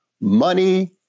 money